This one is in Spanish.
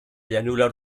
llanura